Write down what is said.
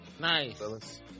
Nice